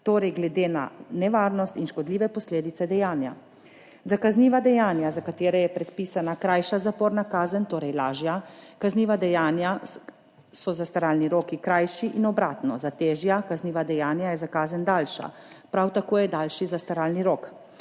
torej glede na nevarnost in škodljive posledice dejanja. Za kazniva dejanja, za katera je predpisana krajša zaporna kazen, torej lažja kazniva dejanja, so zastaralni roki krajši in obratno, za težja kazniva dejanja je kazen daljša, prav tako je daljši zastaralni rok.